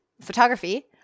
photography